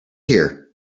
here